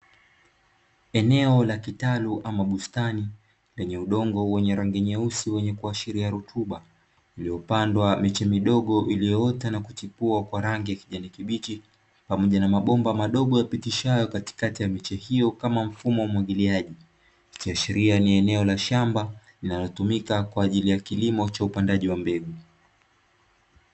Eneo la kitalu ama bustani lenye udongo wenye rangi nyeusi wenye kuashiria rutuba iliyopandwa miche midogo iliyoota na kuchipua kwa rangi ya kijani kibichi, pamoja na mabomba madogo yapitishayo katikati ya miche hiyo kama mfumo wa umwagiliaji. Ikiashiria ni eneo la shamba linalotumika kwa ajili ya kilimo cha upandaji wa mbegu.